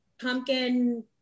pumpkin